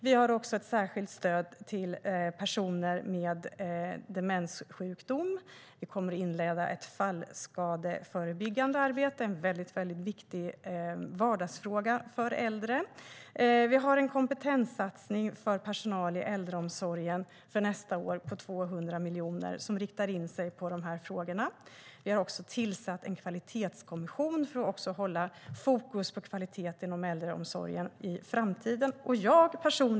Vi har också ett särskilt stöd till personer med demenssjukdom. Vi kommer vidare att inleda ett fallskadeförebyggande arbete, vilket är en viktig vardagsfråga för äldre. Nästa år gör vi även en kompetenssatsning för personal i äldreomsorgen på 200 miljoner som riktar in sig på dessa frågor. Dessutom har vi tillsatt en kvalitetskommission för att hålla fokus på kvaliteten inom äldreomsorgen i framtiden.